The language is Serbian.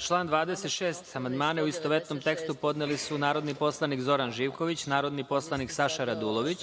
član 26. amandmane, u istovetnom tekstu podneli su narodni poslanik Zoran Živković, narodni poslanik Saša Radulović,